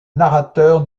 narrateur